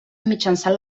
mitjançant